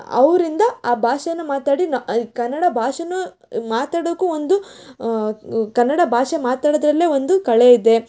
ಅವರಿಂದ ಆ ಭಾಷೆನ ಮಾತಾಡಿ ನ ಈ ಕನ್ನಡ ಭಾಷೆನೂ ಮಾತಾಡೋಕ್ಕೂ ಒಂದು ಕನ್ನಡ ಭಾಷೆ ಮಾತಾಡೋದರಲ್ಲೇ ಒಂದು ಕಳೆ ಇದೆ